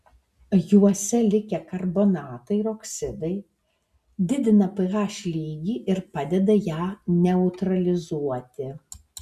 juose likę karbonatai ir oksidai didina ph lygį ir padeda ją neutralizuoti